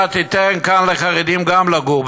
אתה תיתן כאן לחרדים גם לגור,